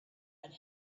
had